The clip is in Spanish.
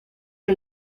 que